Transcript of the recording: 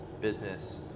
business